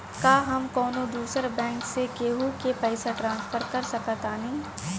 का हम कौनो दूसर बैंक से केहू के पैसा ट्रांसफर कर सकतानी?